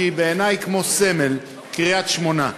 שהיא בעיני כמו סמל: קריית-שמונה.